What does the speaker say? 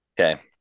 Okay